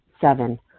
Seven